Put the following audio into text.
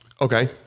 Okay